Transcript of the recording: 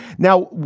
now,